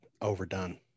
overdone